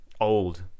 Old